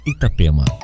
Itapema